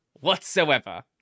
whatsoever